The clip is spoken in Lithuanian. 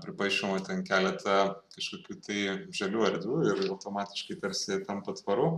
pripaišoma ten keleta kažkokių tai žalių erdvių ir automatiškai tarsi tampa tvaru